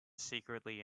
secretly